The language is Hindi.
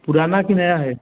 पूरा है कि नया है